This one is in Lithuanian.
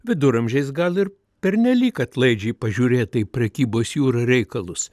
viduramžiais gal ir pernelyg atlaidžiai pažiūrėta į prekybos jūra reikalus